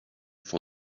for